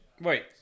wait